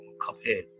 Cuphead